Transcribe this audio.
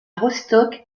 rostock